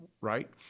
right